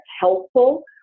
helpful